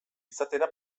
izatera